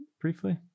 briefly